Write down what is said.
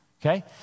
Okay